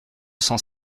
cent